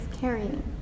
carrying